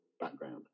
background